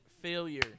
Failure